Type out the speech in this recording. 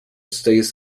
stays